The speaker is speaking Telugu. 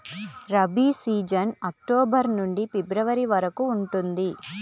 రబీ సీజన్ అక్టోబర్ నుండి ఫిబ్రవరి వరకు ఉంటుంది